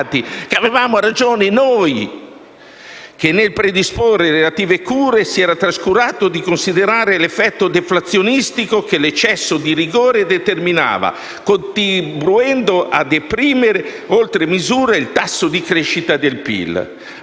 erano sbagliati, in quanto, nel predisporre le relative cure, si era trascurato di considerare l'effetto deflazionistico che l'eccesso di rigore determinava, contribuendo a deprimere oltre misura il tasso di crescita del PIL.